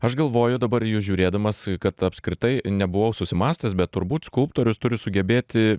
aš galvoju dabar į jus žiūrėdamas kad apskritai nebuvau susimąstęs bet turbūt skulptorius turi sugebėti